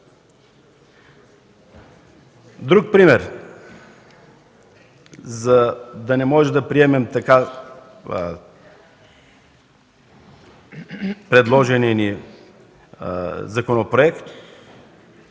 Друг пример: за да не можем да приемем така предложения ни Законопроект